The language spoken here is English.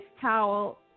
towel